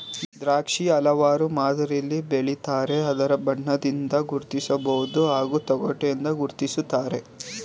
ದ್ರಾಕ್ಷಿ ಹಲವಾರು ಮಾದರಿಲಿ ಬೆಳಿತಾರೆ ಅದರ ಬಣ್ಣದಿಂದ ಗುರ್ತಿಸ್ಬೋದು ಹಾಗೂ ತೊಗಟೆಯಿಂದ ಗುರ್ತಿಸ್ತಾರೆ